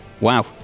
Wow